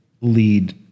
lead